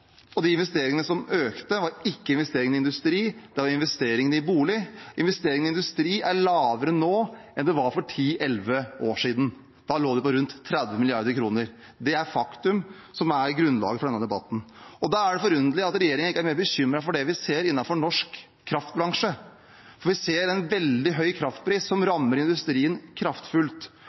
og de investeringene som økte, var ikke investering i industri. Det var investering i bolig. Investeringen i industri er lavere nå enn for ti–elleve år siden, da lå den på rundt 30 mrd. kr. Det er faktaene som er grunnlaget for denne debatten. Det er forunderlig at regjeringen ikke er mer bekymret for det vi ser innenfor norsk kraftbransje. Vi ser en veldig høy kraftpris, som rammer industrien kraftfullt.